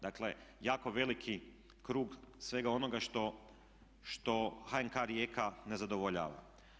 Dakle, jako veliki krug svega onoga što HNK Rijeka ne zadovoljava.